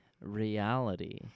reality